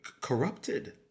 Corrupted